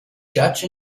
judge